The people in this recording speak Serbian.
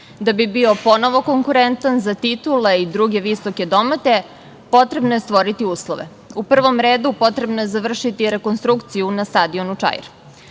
da bi bio ponovo konkurentan za titule i druge visoke domete potrebno je stvoriti uslove.U prvom redu potrebno je završiti rekonstrukciju na stadionu „Čair“.